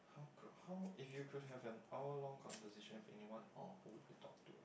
who could who if you could have an hour long conversation with anyone or who would you talk to